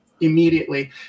Immediately